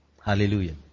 Hallelujah